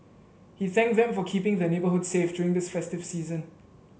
he thanked them for keeping the neighbourhood safe during this festive season